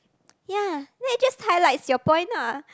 ya then it just highlights your point ah